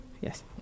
Yes